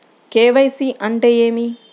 KYC అంటే ఏమి?